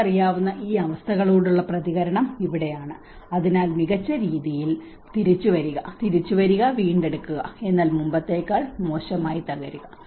നിങ്ങൾക്ക് അറിയാവുന്ന ഈ അസ്വസ്ഥതകളോടുള്ള പ്രതികരണം ഇവിടെയാണ് അതിനാൽ മികച്ച രീതിയിൽ തിരിച്ചുവരിക തിരിച്ചുവരിക വീണ്ടെടുക്കുക എന്നാൽ മുമ്പത്തേക്കാൾ മോശമായി തകരുക